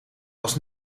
was